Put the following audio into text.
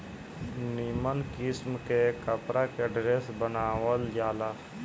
निमन किस्म के कपड़ा के ड्रेस बनावल जाला